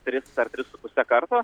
tris ar tris su puse karto